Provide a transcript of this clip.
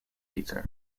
veto